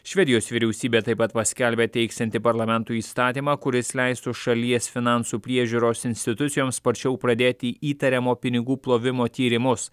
švedijos vyriausybė taip pat paskelbė teiksianti parlamentui įstatymą kuris leistų šalies finansų priežiūros institucijoms sparčiau pradėti įtariamo pinigų plovimo tyrimus